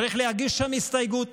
צריך להגיש שם הסתייגות